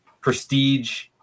prestige